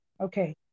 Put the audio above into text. Okay